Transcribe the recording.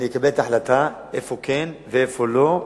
אני אקבל את ההחלטה, איפה כן ואיפה לא,